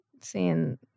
Seeing